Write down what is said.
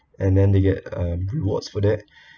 and then they get uh rewards for that